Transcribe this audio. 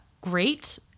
great